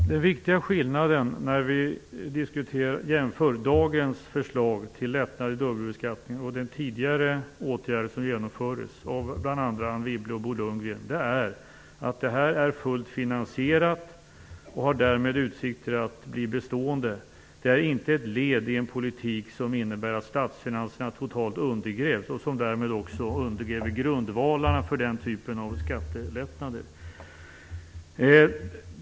Fru talman! Den viktiga skillnaden mellan dagens förslag till lättare dubbelbeskattning och den tidigare åtgärd som genomfördes av bl.a. Anne Wibble och Bo Lundgren är att det här är fullt finansierat och har därmed utsikter att bli bestående. Det är inte ett led i en politik som innebär att statsfinanserna totalt undergrävs och som därmed också undergräver grundvalarna för den typen av skattelättnader.